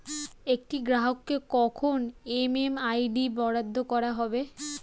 একটি গ্রাহককে কখন এম.এম.আই.ডি বরাদ্দ করা হবে?